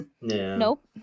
Nope